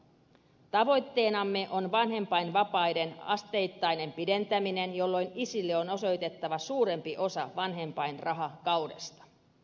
tavoitteenamme on vanhempainvapaiden asteittainen pidentäminen jolloin isille on osoitettava suurempi osa vanhempainrahakaudesta